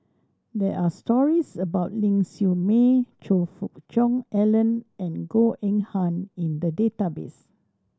there are stories about Ling Siew May Choe Fook Cheong Alan and Goh Eng Han in the database